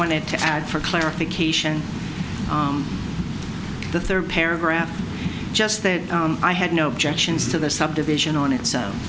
wanted to add for clarification on the third paragraph just that i had no objections to the subdivision on it